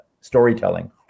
storytelling